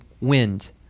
wind